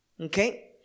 okay